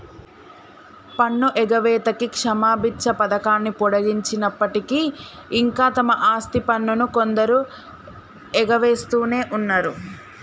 పన్ను ఎగవేతకి క్షమబిచ్చ పథకాన్ని పొడిగించినప్పటికీ ఇంకా తమ ఆస్తి పన్నును కొందరు ఎగవేస్తునే ఉన్నరు